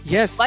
Yes